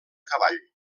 cavall